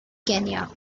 kenya